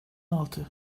altı